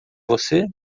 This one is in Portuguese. você